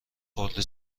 خورده